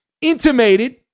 intimated